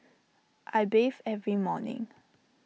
I bathe every morning